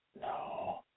No